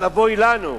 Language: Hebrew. אז אבוי לנו.